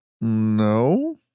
no